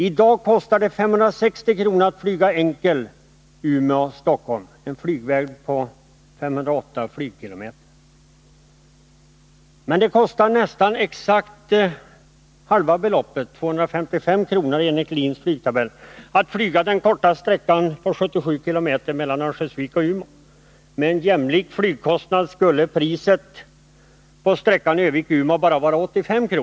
I dag kostar en enkel flygresa Umeå-Stockholm — en flygväg på 508 km. — 560 kr. Men det kostar nästan exakt halva det beloppet, eller 255 kr. enligt LIN:s flygtabell, att flyga de 77 kilometrarna mellan Örnsköldsvik och Umeå. Med en jämlik flygkostnad skulle priset för sträckan Örnsköldsvik-Umeå vara 85 kr.